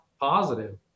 positive